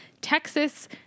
Texas